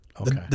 Okay